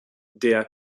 der